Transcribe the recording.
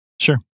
sure